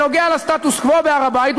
בכל הקשור לסטטוס-קוו בהר-הבית,